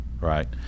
Right